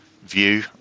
view